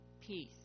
peace